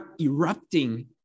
erupting